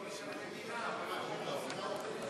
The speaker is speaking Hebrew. לא משנה מדינה, אבל הוא חוק